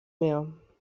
mehr